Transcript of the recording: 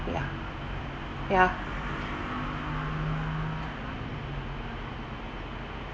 ya ya